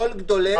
כל גדולי הדור,